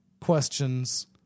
questions